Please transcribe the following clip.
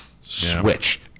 switch